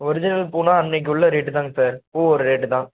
original பூனா அன்றைக்கு உள்ளே ரேட்டு தாங்க சார் பூவோடய ரேட்டு தான்